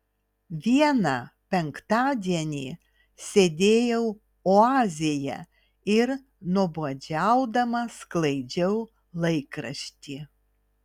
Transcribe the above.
vieną penktadienį sėdėjau oazėje ir nuobodžiaudama sklaidžiau laikraštį